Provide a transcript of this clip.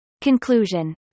Conclusion